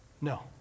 No